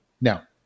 Now